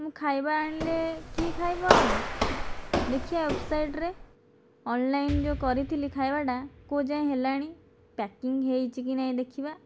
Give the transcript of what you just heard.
ମୁଁ ଖାଇବା ଆଣିଲେ କିଏ ଖାଇବ ଆଉ ଦେଖିବା ୱେବସାଇଟ୍ରେ ଅନଲାଇନ୍ ଯେଉଁ କରିଥିଲି ଖାଇବାଟା କେଉଁ ଯାଏଁ ହେଲାଣି ପ୍ୟାକିଂ ହୋଇଛି କି ନାହିଁ ଦେଖିବା